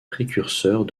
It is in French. précurseurs